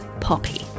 Poppy